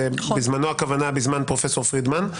בזמנו הכוונה בזמן פרופ' פרידמן,